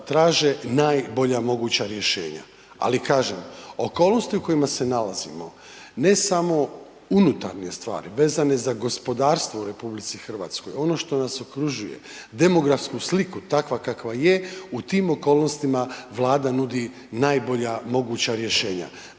traže najbolja moguća rješenja. Ali kažem, okolnosti u kojima se nalazimo, ne samo unutarnje stvari vezane za gospodarstvo u RH, ono što nas okružuje, demografsku sliku takva kakva je, u tim okolnostima Vlada nudi najbolja moguća rješenja.